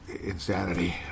insanity